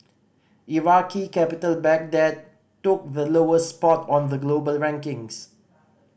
Iraqi capital Baghdad took the lowest spot on the global rankings